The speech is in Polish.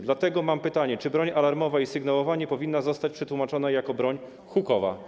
Dlatego mam pytanie: Czy broń alarmowa i sygnałowa nie powinna zostać przetłumaczona jako broń hukowa?